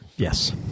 Yes